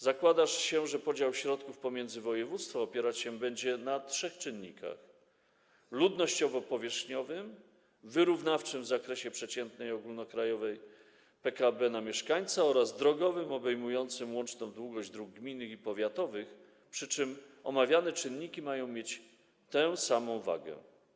Zakłada się, że podział środków pomiędzy województwa opierać się będzie na trzech czynnikach: ludnościowo-powierzchniowym, wyrównawczym w zakresie przeciętnej ogólnokrajowej wielkości PKB na mieszkańca oraz drogowym obejmującym łączną długość dróg gminnych i powiatowych, przy czym omawiane czynniki mają mieć tę samą wagę.